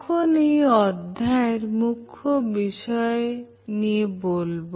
এখন এই অধ্যায়ের মুখ্য বিষয় নিয়ে বলবো